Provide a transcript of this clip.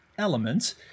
elements